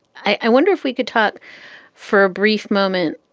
i wonder if we could talk for a brief moment.